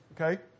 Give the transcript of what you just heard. okay